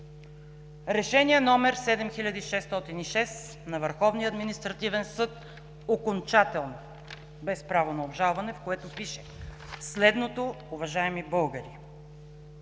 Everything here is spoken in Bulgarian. Решение № 7606 на Върховния административен съд – окончателно, без право на обжалване, в което пише следното, уважаеми българи: